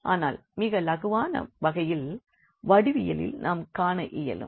ஆனால் மிக இலகுவான வகையில் வடிவியலில் நாம் காண இயலும்